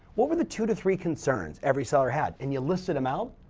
what were the two to three concerns every seller had and you listed them out,